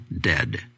dead